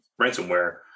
ransomware